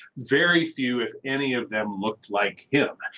very few if any of them looked like him.